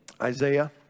Isaiah